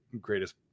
greatest